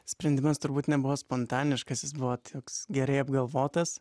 sprendimas turbūt nebuvo spontaniškas jis buvo toks gerai apgalvotas